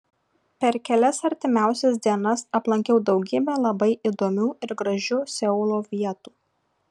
per kelias artimiausias dienas aplankiau daugybę labai įdomių ir gražių seulo vietų